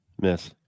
Miss